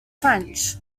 french